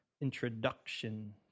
Introduction